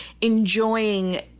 enjoying